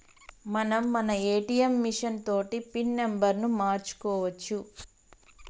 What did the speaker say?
మనం మన ATM machine తోటి పిన్ నెంబర్ను మార్చుకోవచ్చు